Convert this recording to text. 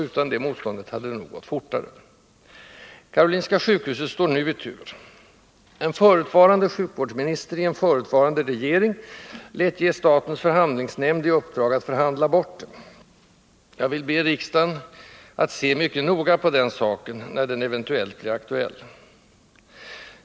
Utan det motståndet hade det nog gått fortare. Karolinska sjukhuset står nu i tur. En förutvarande sjukvårdsminister i en förutvarande regering lät ge statens förhandlingsnämnd i uppdrag att förhandla bort det. Jag vill be riksdagen att se mycket noga på den saken när den eventuellt blir aktuell.